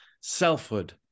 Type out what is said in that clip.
selfhood